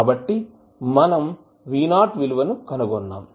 కాబట్టి మనం V విలువను కనుగొన్నాం